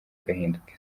ugahinduka